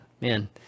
man